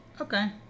Okay